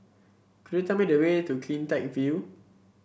could you tell me the way to CleanTech View